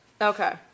okay